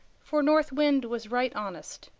for north wind was right honest.